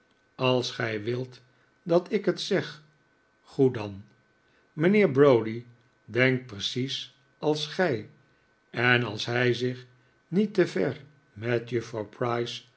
als gij wilt dat ik het zeg goed dan mijnheer browdie denkt precies als gij en als hij zich niet te ver met juffrouw